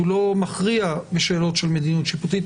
הוא לא מכריע בשאלות של מדיניות שיפוטית,